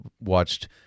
watched –